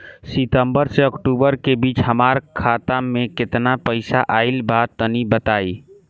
सितंबर से अक्टूबर के बीच हमार खाता मे केतना पईसा आइल बा तनि बताईं?